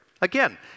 Again